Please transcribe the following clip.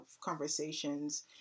conversations